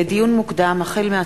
לדיון מוקדם: